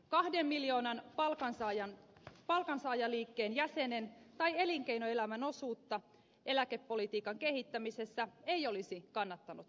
kahden miljoonan palkansaajaliikkeen jäsenen tai elinkeinoelämän osuutta eläkepolitiikan kehittämisessä ei olisi kannattanut väheksyä